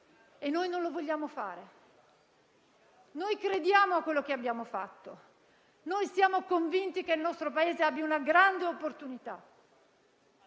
e noi non lo vogliamo fare. Noi crediamo a quanto abbiamo fatto, siamo convinti che il nostro Paese abbia una grande opportunità,